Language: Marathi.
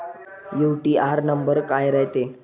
यू.टी.आर नंबर काय रायते?